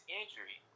injury